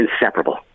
inseparable